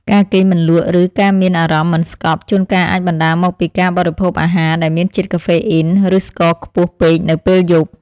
ការគេងមិនលក់ ឬការមានអារម្មណ៍មិនស្ងប់ជួនកាលអាចបណ្តាលមកពីការបរិភោគអាហារដែលមានជាតិកាហ្វេអ៊ីនឬស្ករខ្ពស់ពេកនៅពេលយប់។